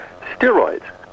steroids